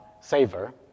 saver